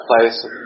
place